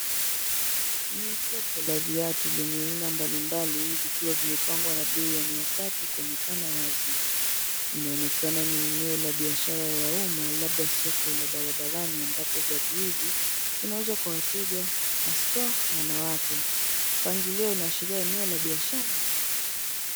Ni soko la viatu lenye aina mbalimbali vikiwa vimepangwa na bei ya mia tatu kuonekana wazi. Inaonekana ni eneo la biashara ya umma labda soko la barabarani ambapo viatu hivi ,vinauzwa kwa wateja haswa wanawake. Pangilio laashiria eneo la biashara ya viatu.